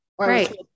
Right